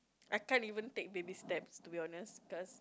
I can't even take baby steps to be honest cause